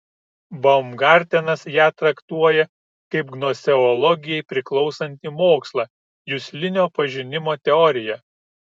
baumgartenas ją traktuoja kaip gnoseologijai priklausantį mokslą juslinio pažinimo teoriją